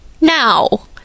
Now